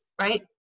right